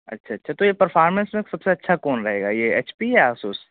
اچھا اچھا تو یہ پرفارمنس میں سب سے اچھا کون رہے گا یہ ایچ پی یا اسوس